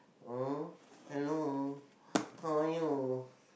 oh hello how are you